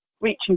reaching